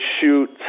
shoot